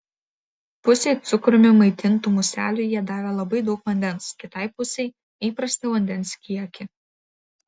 pusei cukrumi maitintų muselių jie davė labai daug vandens kitai pusei įprastą vandens kiekį